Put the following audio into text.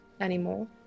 anymore